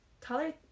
color